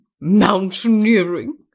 mountaineering